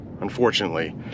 unfortunately